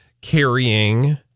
carrying